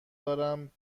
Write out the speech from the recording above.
دارم